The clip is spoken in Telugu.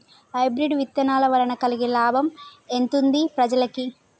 హైబ్రిడ్ విత్తనాల వలన కలిగే లాభం ఎంతుంది ప్రజలకి?